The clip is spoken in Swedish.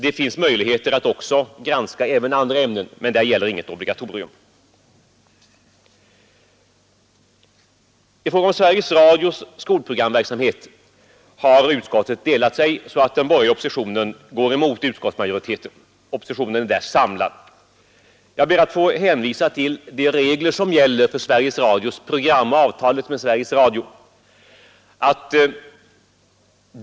Det finns möjligheter att granska även andra ämnen, men där gäller inget obligatorium. I fråga om Sveriges Radios skolprogramverksamhet har utskottet delat sig så att den borgerliga oppositionen går emot utskottsmajoriteten. Jag ber att få hänvisa till de regler som gäller för Sveriges Radios program och avtalet med Sveriges Radio.